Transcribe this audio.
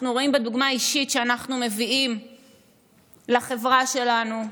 אנחנו רואים בדוגמה האישית שאנחנו מביאים לחברה שלנו,